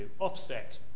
offset